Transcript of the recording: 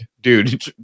dude